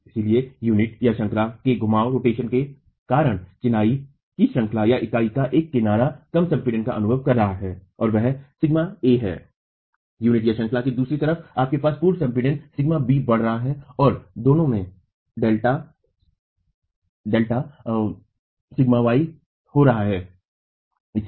इसलिए यूनिटश्रंखला के घुमावरोटेशन के कारण चिनाई श्रंखलाइकाई का एक किनारा कम संपीड़न का अनुभव कर रहा है और वह σa है यूनिटश्रंखला के दूसरी तरफ आपके पास पूर्व संपीड़न σb बढ़ा है अंतर दो में डेल्टा Δσy हो रहा है मामलों